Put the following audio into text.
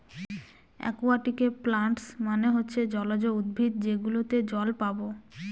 একুয়াটিকে প্লান্টস মানে হচ্ছে জলজ উদ্ভিদ যেগুলোতে জল পাবো